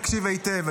תקשיב היטב,